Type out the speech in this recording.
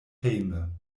hejme